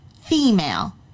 female